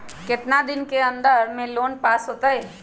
कितना दिन के अन्दर में लोन पास होत?